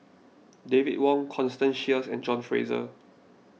David Wong Constance Sheares and John Fraser